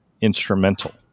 instrumental